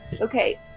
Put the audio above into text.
Okay